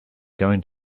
going